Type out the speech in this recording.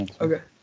Okay